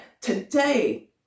today